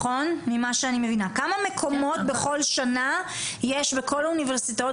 כמה מקומות בכל שנה יש בכל האוניברסיטאות